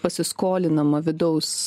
pasiskolinama vidaus